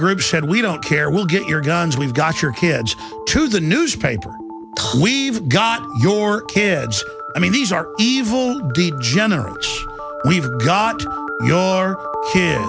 group said we don't care we'll get your guns we've got your kids to the newspaper we've got your kids i mean these are evil general